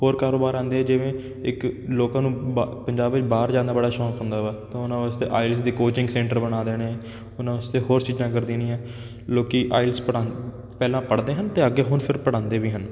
ਹੋਰ ਕਾਰੋਬਾਰ ਆਉਂਦੇ ਆ ਜਿਵੇਂ ਇੱਕ ਲੋਕਾਂ ਨੂੰ ਬਾ ਪੰਜਾਬ ਵਿੱਚ ਬਾਹਰ ਜਾਣ ਦਾ ਬੜਾ ਸ਼ੌਕ ਹੁੰਦਾ ਵਾ ਤਾਂ ਉਹਨਾਂ ਵਾਸਤੇ ਆਇਲਸ ਦੀ ਕੋਚਿੰਗ ਸੈਂਟਰ ਬਣਾ ਦੇਣੇ ਉਹਨਾਂ ਵਾਸਤੇ ਹੋਰ ਚੀਜ਼ਾਂ ਕਰ ਦੇਣੀਆਂ ਲੋਕ ਆਇਲਸ ਪੜ੍ਹਾ ਪਹਿਲਾਂ ਪੜ੍ਹਦੇ ਹਨ ਅਤੇ ਅੱਗੇ ਹੁਣ ਫਿਰ ਪੜ੍ਹਾਉਂਦੇ ਵੀ ਹਨ